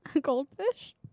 Goldfish